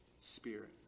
spirit